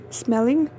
smelling